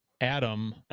Adam